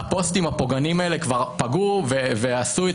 הפוסטים הפוגעניים האלה כבר פגעו ועשו את